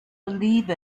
believe